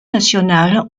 national